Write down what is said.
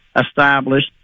established